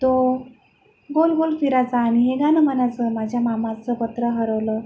तो गोल गोल फिरायचा आणि हे गाणं म्हणायचं माझ्या मामाचं पत्र हरवलं